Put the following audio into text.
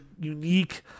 unique